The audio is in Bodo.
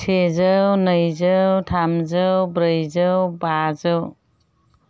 सेजौ नैजौ थामजौ ब्रैजौ बाजौ